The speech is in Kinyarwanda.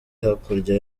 hakurya